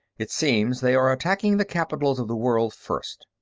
it seems they are attacking the capitals of the world first.